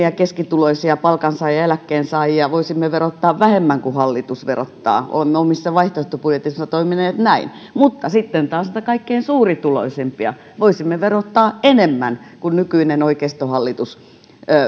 ja keskituloisia palkansaajia ja eläkkeensaajia voisimme verottaa vähemmän kuin hallitus verottaa olemme omissa vaihtoehtobudjeteissamme toimineet näin mutta sitten taas niitä kaikkein suurituloisimpia voisimme verottaa enemmän kuin nykyinen oikeistohallitus